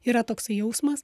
yra toksai jausmas